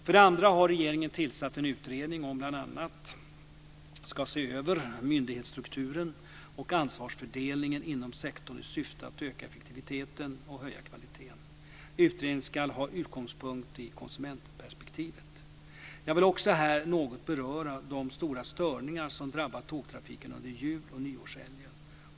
För det andra har regeringen tillsatt en utredning som bl.a. ska se över myndighetsstrukturen och ansvarsfördelningen inom sektorn i syfte att öka effektiviteten och höja kvaliteten. Utredningen ska ha utgångspunkt i konsumentperspektivet. Jag vill också här något beröra de stora störningar som drabbade tågtrafiken under jul och nyårshelgen.